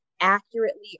accurately